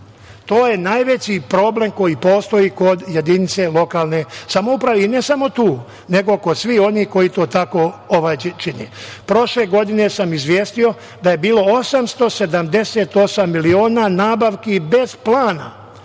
To je najveći problem koji postoji kod jedinice lokalne samouprave, i ne samo tu, nego kod svih onih koji to tako čine. Prošle godine sam izvestio da je bilo 878 miliona nabavki bez plana,